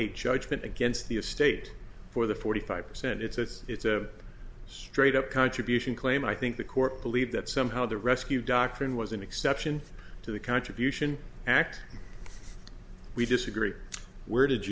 a judgment against the estate for the forty five percent it's a straight up contribution claim i think the court believe that somehow the rescue doctrine was an exception to the contribution act we disagree where did